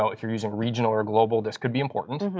so if you're using regional or global, this could be important.